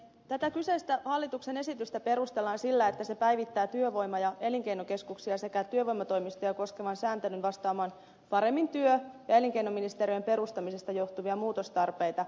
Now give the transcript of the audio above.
tätä hallituksen esitystä perustellaan sillä että näin päivitetään työvoima ja elinkeinokeskuksia sekä työvoimatoimistoja koskeva sääntely vastaamaan paremmin työ ja elinkeinoministeriön perustamisesta johtuvia muutostarpeita